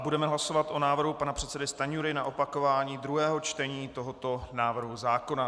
Budeme hlasovat o návrhu pana předsedy Stanjury na opakování druhého čtení tohoto návrhu zákona.